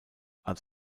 als